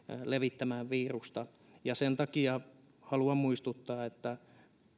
levittämään virusta ja sen takia haluan muistuttaa että